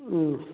ꯎꯝ